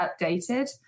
updated